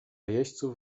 jeźdźców